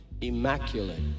immaculate